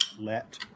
let